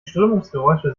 strömungsgeräusche